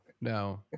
No